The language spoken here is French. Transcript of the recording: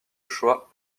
choix